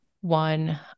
one